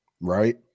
Right